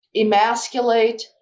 emasculate